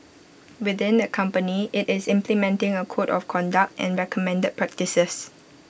within the company IT is implementing A code of conduct and recommended practices